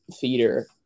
theater